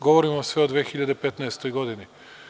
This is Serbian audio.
Govorim vam sve o 2015. godini.